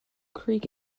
creek